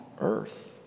earth